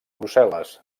brussel·les